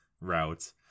route